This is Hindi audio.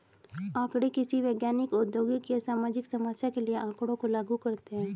आंकड़े किसी वैज्ञानिक, औद्योगिक या सामाजिक समस्या के लिए आँकड़ों को लागू करते है